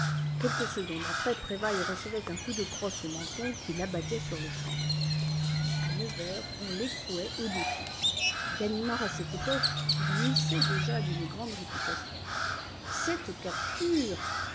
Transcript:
quelques secondes après prévailles recevait un coup de crosse au menton qui l'abattait sur-le-champ à neuf heures on l'écrouait au dépôt ganimard à cette époque jouissait déjà d'une grande réputation cette capture